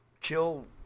kill –